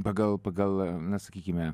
pagal pagal na sakykime